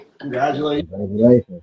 Congratulations